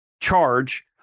charge